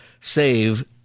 save